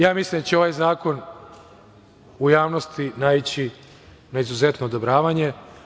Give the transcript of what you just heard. Ja mislim da će ovaj zakon u javnosti naići na izuzetno odobravanje.